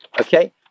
okay